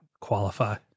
qualify